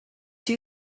two